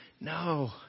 No